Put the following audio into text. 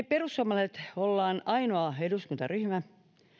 perussuomalaiset olemme ainoa eduskuntaryhmä